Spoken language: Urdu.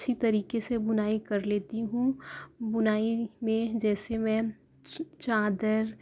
اچھی طریقے سے بنائی کر لیتی ہوں بنائی میں جیسے میں چادر